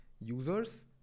users